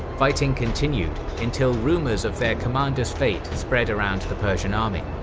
fighting continued until rumours of their commanders fate spread around the persian army.